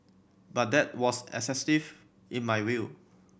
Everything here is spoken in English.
but that was excessive in my view